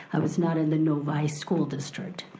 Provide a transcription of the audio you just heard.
i was not in the novi school district.